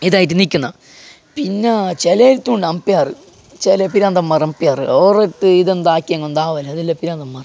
ഇതായിട്ട് നിൽക്കുന്ന പിന്നെ ചിലരുടേതുണ്ട് അമ്പയർ ചില പിരാന്തൻമാർ അമ്പയർ അവർ ഇതെന്താക്കി അതെല്ലാം പിരാന്തൻമാർ